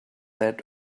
that